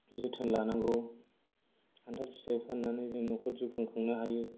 जोथोन लानांगौ खान्थाल फिथाय फाननानै जों न'खर जौखं खुंनो हायो